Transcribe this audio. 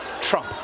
Trump